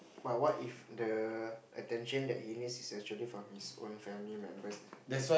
but what if the attention that he needs is actually from his own family members that